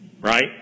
Right